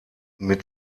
mit